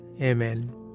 Amen